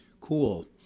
Cool